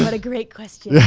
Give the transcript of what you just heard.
but a great question.